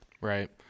Right